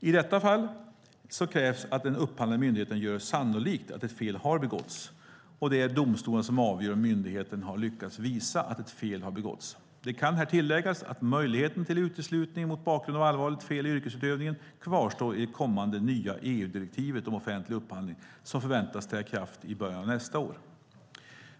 I detta fall krävs att den upphandlande myndigheten gör sannolikt att ett fel har begåtts. Det är domstolarna som avgör om myndigheten har lyckats visa att ett fel har begåtts. Det kan här tilläggas att möjligheten till uteslutning mot bakgrund av allvarligt fel i yrkesutövningen kvarstår i det kommande nya EU-direktivet om offentlig upphandling som förväntas träda i kraft i början av nästa år.